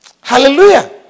Hallelujah